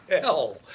hell